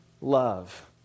love